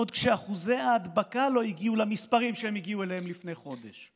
עוד כשאחוזי ההדבקה לא הגיעו למספרים שהם הגיעו אליהם לפני חודש,